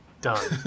Done